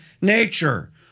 nature